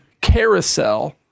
carousel